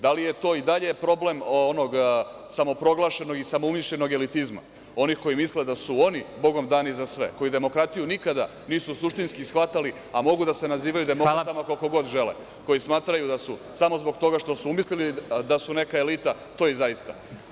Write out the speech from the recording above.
Da li je to i dalje problem onog samoproglašenog i samoumišljenog elitizma, onih koji misle da su oni bogom dani za sve, koji demokratiju nikada nisu suštinski shvatali, a mogu da se nazivaju demokratama koliko god žele, koji smatraju da su samo zbog toga što su umislili da su neka elita to i zaista?